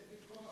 זה במקום,